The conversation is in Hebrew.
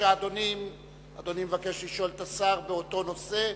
אדוני מבקש לשאול את השר באותו נושא,